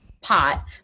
Pot